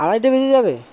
আড়াইটে বেজে যাবে